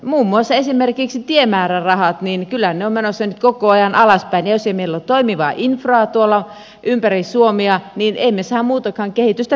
muun muassa kyllähän esimerkiksi tiemäärärahat ovat menossa nyt koko ajan alaspäin ja jos ei meillä ole toimivaa infraa tuolla ympäri suomea niin emme me saa muutakaan kehitystä pelaamaan